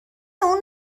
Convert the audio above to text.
اون